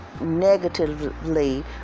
negatively